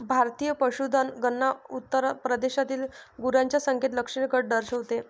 भारतीय पशुधन गणना उत्तर प्रदेशातील गुरांच्या संख्येत लक्षणीय घट दर्शवते